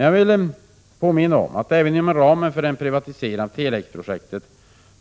Jag vill emellertid påminna om att även inom ramen för en privatisering av Tele-X-projektet,